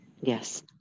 Yes